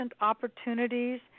opportunities